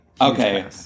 Okay